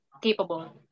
capable